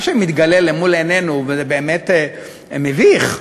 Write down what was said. מה שמתגלה למול עינינו באמת מביך,